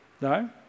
No